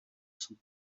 some